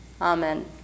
Amen